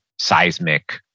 Seismic